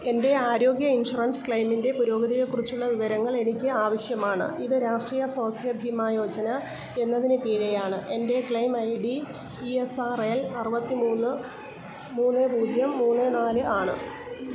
എൻ്റെ ആരോഗ്യ ഇൻഷുറൻസ് ക്ലെയിമിൻ്റെ പുരോഗതിയെക്കുറിച്ചുള്ള വിവരങ്ങൾ എനിക്ക് ആവശ്യമാണ് ഇത് രാഷ്ട്രീയ സ്വാസ്ഥ്യ ബീമാ യോജന എന്നതിന് കീഴേയാണ് എൻ്റെ claim I D E S R L അറുപത്തി മൂന്ന് മൂന്ന് പൂജ്യം മൂന്ന് നാല് ആണ്